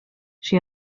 she